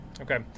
Okay